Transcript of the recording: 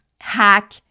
hack